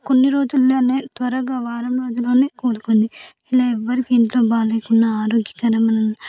కొన్ని రోజుల్లోనే త్వరగా వారం రోజుల్లోనే కోలుకుంది ఇలా ఎవ్వరికీ ఇంట్లో బాగాలేకున్నా ఆరోగ్యకరమైన